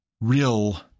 real